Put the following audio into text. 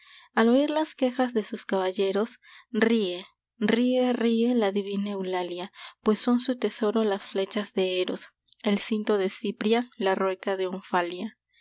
al oir las quejas de sus caballeros ríe ríe ríe la divina eulalia pues son su tesoro las flechas de eros el cinto de cipria la rueca de onfalia ay